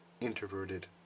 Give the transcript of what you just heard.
Introverted